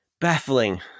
baffling